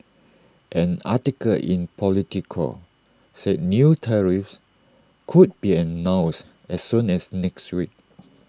an article in Politico said new tariffs could be announced as soon as next week